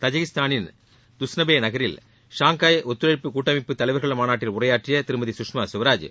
தஜகிஸ்தானின் Dushanbe நகரில் Shanghai ஒத்துழைப்பு கூட்டமைப்பு தலைவர்கள் மாநாட்டில் உரையாற்றிய திருமதி சுஷ்மா ஸ்வராஜ்